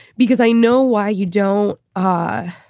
because i know why you don't i